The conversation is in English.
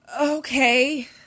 Okay